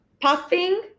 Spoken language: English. puffing